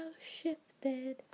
shifted